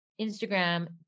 Instagram